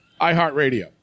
iHeartRadio